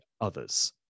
others